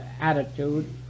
attitude